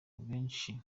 benshi